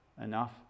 enough